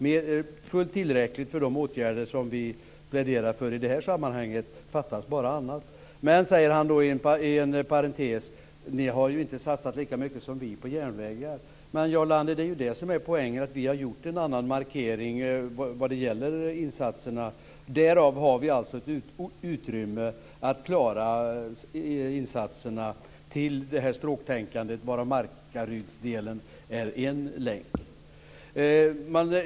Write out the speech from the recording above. Det finns fullt tillräckligt för de åtgärder som vi pläderar för i det här sammanhanget, fattas bara annat. Sedan säger Jarl Lander i en parentes: Vi har inte satsat lika mycket som ni på järnvägar. Men, Jarl Lander, det är ju det som är poängen, att vi har gjort en annan markering när det gäller insatserna. Därav har vi alltså ett gott utrymme för att finansiera detta stråktänkande, varav Markarydsdelen utgör en länk.